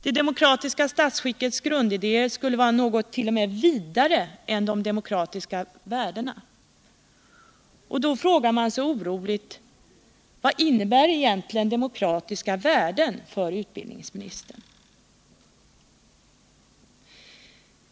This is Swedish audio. Det demokratiska statsskickets grundidéer skulle vara något vidare än t.o.m. de demokratiska värdena. Men då frågar man sig oroligt vad demokratiska värden egentligen innebär för utbildningsministern.